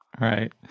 right